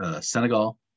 Senegal